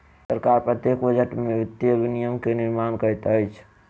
सरकार प्रत्येक बजट में वित्तीय विनियम के निर्माण करैत अछि